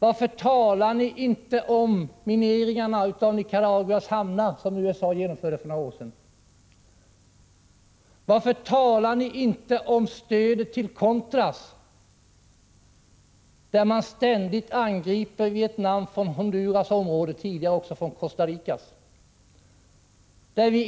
Varför talar ni inte om mineringarna av Nicaraguas hamnar, som USA genomförde för några år sedan? Varför talar ni inte om stödet till Contras, där man ständigt angriper landet från Honduras område och tidigare också från Costa Ricas område?